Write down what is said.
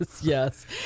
yes